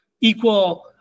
equal